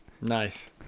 Nice